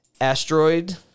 asteroid